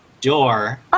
door